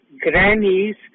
grannies